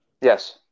Yes